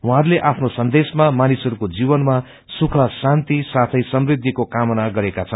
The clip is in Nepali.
उहाँहरूले आफ्नो सन्देशमा मानिसहरूको जीवनमा सुख शान्ति साथै समृद्धिको कामना गरेका छन्